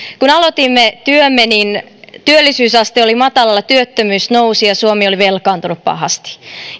kun aloitimme työmme niin työllisyysaste oli matalalla työttömyys nousi ja suomi oli velkaantunut pahasti